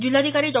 जिल्हाधिकारी डॉ